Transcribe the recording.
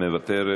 מוותרת.